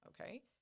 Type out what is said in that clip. okay